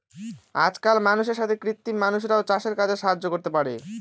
আজকাল মানুষের সাথে কৃত্রিম মানুষরাও চাষের কাজে সাহায্য করতে পারে